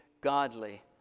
godly